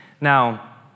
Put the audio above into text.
Now